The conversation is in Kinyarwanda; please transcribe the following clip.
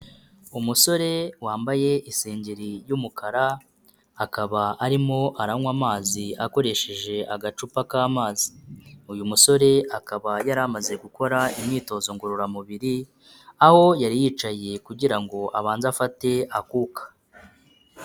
Umusore wambaye isengeri y'umukara, akaba arimo aranywa amazi akoresheje agacupa k'amazi, uyu musore akaba yari amaze gukora imyitozo ngororamubiri aho yari yicaye kugira ngo abanze afate akuka.